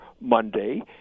Monday